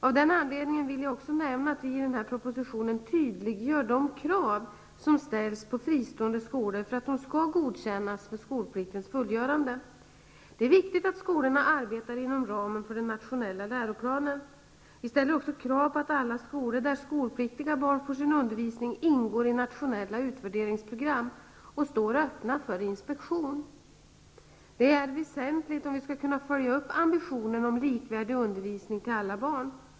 Av den anledningen vill jag också nämna att vi i den här propositionen tydliggör de krav som ställs på fristående skolor för att de skall godkännas för skolpliktens fullgörande. Det är viktigt att skolorna arbetar inom ramen för den nationella läroplanen. Vi ställer också krav på att alla skolor där skolpliktiga barn får sin undervisning ingår i nationella utvärderingsprogram och står öppna för inspektion. Det är väsentligt om vi skall kunna följa upp ambitionen om likvärdig undervisning till alla barn.